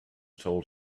told